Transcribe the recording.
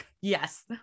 Yes